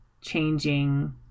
changing